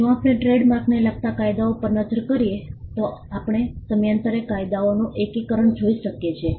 જો આપણે ટ્રેડમાર્કને લગતા કાયદાઓ પર નજર કરીએ તો આપણે સમયાંતરે કાયદાઓનું એકીકરણ જોઈ શકીએ છીએ